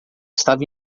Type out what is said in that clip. estava